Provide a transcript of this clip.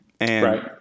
right